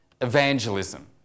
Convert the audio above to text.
evangelism